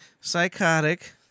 psychotic